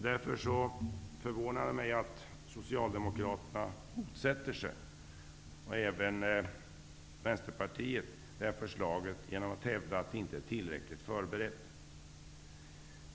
Därför förvånar det mig att Socialdemokraterna och även Vänsterpartiet motsätter sig det här förslaget genom att hävda att det inte är tillräckligt förberett.